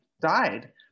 died